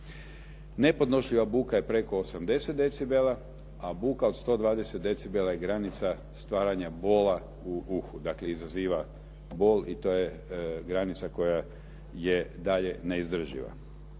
Nepodnošljiva buka je preko 80 decibela, a buka od 120 decibela je granica stvaranja bola u uhu. Dakle, izaziva bol i to je granica koja je dalje neizdrživa.